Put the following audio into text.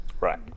right